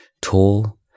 Tall